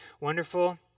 wonderful